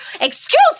Excuse